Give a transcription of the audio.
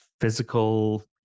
physical